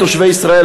תושבי ישראל,